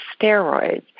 steroids